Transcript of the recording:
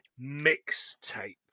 mixtape